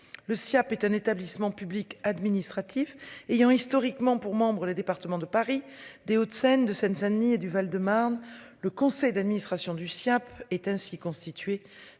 Le Siaap est un établissement public administratif ayant historiquement pour membres les départements de Paris, des Hauts-de-Seine de Seine-Saint-Denis et du Val-de-Marne. Le conseil d'administration du sien est ainsi constitué